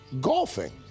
Golfing